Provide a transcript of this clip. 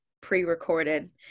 pre-recorded